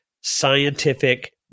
scientific